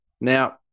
Now